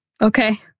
Okay